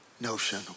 notion